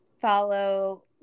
follow